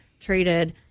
treated